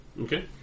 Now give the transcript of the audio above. Okay